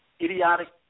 idiotic